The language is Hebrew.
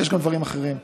ויש גם דברים אחרים.